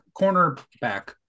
cornerback